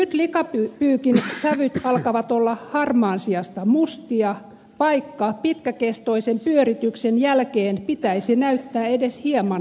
nyt likapyykin sävyt alkavat olla harmaan sijasta mustia vaikka pitkäkestoisen pyörityksen jälkeen pitäisi näyttää edes hieman valkeammalta